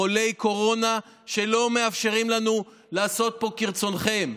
חולי קורונה שלא מאפשרים לנו לעשות פה כרצונכם.